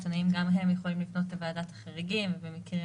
העיתונאים גם יכולים לפנות לוועדת חריגים ובמקרים